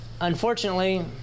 unfortunately